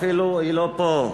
היא לא פה,